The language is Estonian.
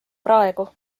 praegu